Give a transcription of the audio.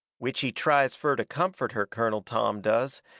which he tries fur to comfort her, colonel tom does,